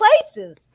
places